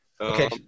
Okay